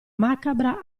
macabra